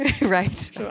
right